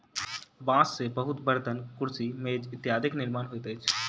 बांस से बहुत बर्तन, कुर्सी, मेज इत्यादिक निर्माण होइत अछि